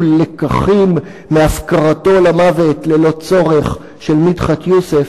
לקחים מהפקרתו למוות ללא צורך של מדחת יוסף,